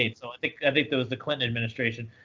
so i think i think that was the clinton administration.